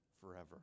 forever